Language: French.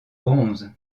bronze